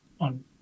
on